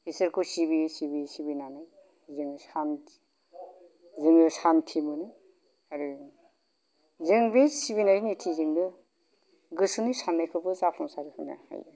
इसोरखौ सिबियै सिबियै सिबियै सिबिनानै जोङो जोङो सान्ति मोनो आरो जों बे सिबिनाय नितिजोंनो गोसोनि साननायखौबो जाफुंसार होनो हायो